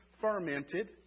fermented